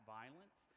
violence